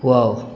wow